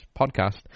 podcast